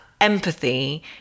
empathy